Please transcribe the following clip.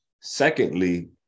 Secondly